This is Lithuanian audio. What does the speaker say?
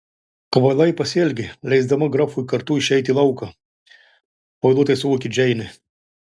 kvailai pasielgė leisdama grafui kartu išeiti į lauką pavėluotai suvokė džeinė